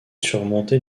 surmonté